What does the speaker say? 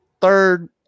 third